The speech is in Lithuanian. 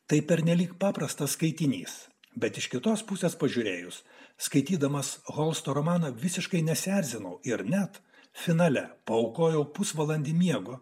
tai pernelyg paprastas skaitinys bet iš kitos pusės pažiūrėjus skaitydamas holsto romaną visiškai nesierzinau ir net finale paaukojau pusvalandį miego